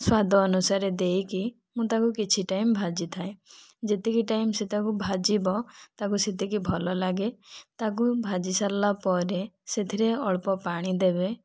ସ୍ଵାଦ ଅନୁସାରେ ଦେଇକି ମୁଁ ତାକୁ କିଛି ଟାଇମ୍ ଭାଜି ଥାଏ ଯେତିକି ଟାଇମ୍ ସେ ତାକୁ ଭାଜିବ ତାକୁ ସେତିକି ଭଲଲାଗେ ତାକୁ ଭାଜି ସାରିଲା ପରେ ସେଥିରେ ଅଳ୍ପ ପାଣି ଦେବେ